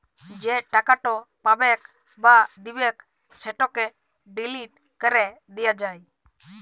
যে টাকাট পাবেক বা দিবেক সেটকে ডিলিট ক্যরে দিয়া যায়